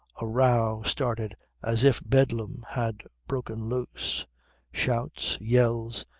a row started as if bedlam had broken loose shouts, yells,